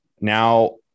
now